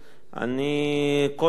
קודם כול,